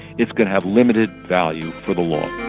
it's going to have limited value for the law.